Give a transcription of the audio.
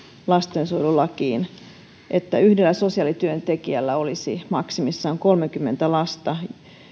lastensuojelulakiin niin että yhdellä sosiaalityöntekijällä olisi maksimissaan kolmekymmentä lasta